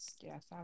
Yes